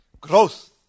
growth